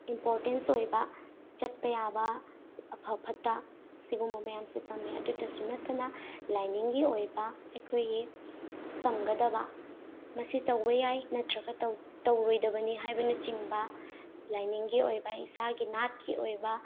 importance ꯑꯣꯏꯕ ꯆꯠꯄ ꯌꯥꯕ ꯑꯐ ꯐꯠꯇ ꯁꯤꯒꯨꯝꯕ ꯃꯌꯥꯝꯁꯦ ꯇꯝꯃꯦ ꯑꯗꯨꯇꯁꯨ ꯅꯠꯇꯅ ꯂꯥꯏꯅꯤꯡꯒꯤ ꯑꯣꯏꯕ ꯑꯩꯈꯣꯏꯒꯤ ꯇꯝꯒꯗꯕ ꯃꯁꯤ ꯇꯧꯕ ꯌꯥꯏ ꯅꯠꯇ꯭ꯔꯒ ꯇꯧꯔꯣꯏꯗꯕꯅꯤ ꯍꯥꯏꯕꯅꯆꯤꯡꯕ ꯂꯥꯏꯅꯤꯡꯒꯤ ꯑꯣꯏꯕ ꯏꯁꯥꯒꯤ ꯅꯥꯠꯀꯤ ꯑꯣꯏꯕ